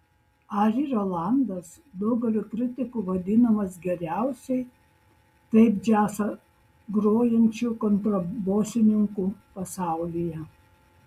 ari rolandas daugelio kritikų vadinamas geriausiai taip džiazą grojančiu kontrabosininku pasaulyje